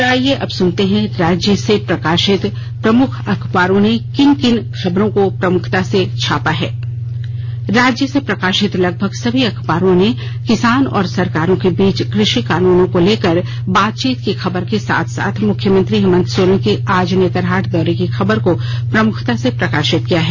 और आईये अब सुनते हैं राज्य से प्रकाप्रित प्रमुख अखबारों ने किन किन खबरों को प्रमुखता से छापा है राज्य से प्रकाप्रित लगभग सभी अखबारों ने किसान और सरकारों के बीच कृशि कानून को लेकर बातचीत की खबर के साथ साथ मुख्यमंत्री हेमंत सोरेन के आज नेतरहाट दौरे की खबर को प्रमुखता से प्रका ात किया है